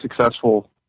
successful